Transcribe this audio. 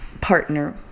partner